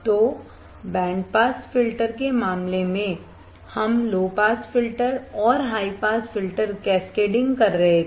तो band pass filter के मामले में हम लो पास फिल्टर और हाई पास फिल्टर कैस्केडिंग कर रहे थे